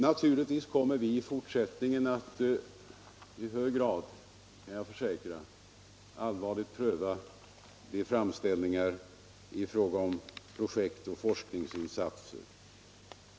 Naturligtvis kommer vi i fortsättningen att i hög grad, det kan jag försäkra, allvarligt pröva framställningar i fråga om projekt och forskningsinsatser.